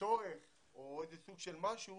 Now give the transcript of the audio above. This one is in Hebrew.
צורך או איזה סוג של משהו